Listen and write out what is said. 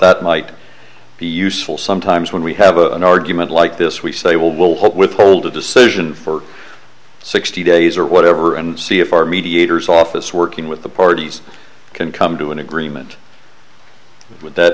that might be useful sometimes when we have an argument like this we say well we'll hope withhold a decision for sixty days or whatever and see if our mediators office working with the parties can come to an agreement with that